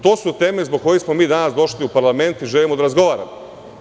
To su teme zbog kojih smo mi danas došli u parlament i želimo da razgovaramo.